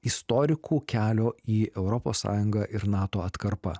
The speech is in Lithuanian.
istorikų kelio į europos sąjungą ir nato atkarpa